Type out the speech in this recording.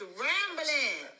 rambling